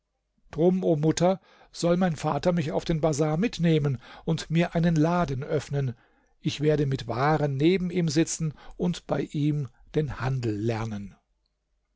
drum o mutter soll mein vater mich auf den bazar mitnehmen und mir einen laden öffnen ich werde mit waren neben ihm sitzen und bei ihm den handel lernen